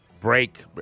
break